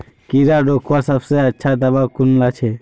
कीड़ा रोकवार सबसे अच्छा दाबा कुनला छे?